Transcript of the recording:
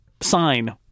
sign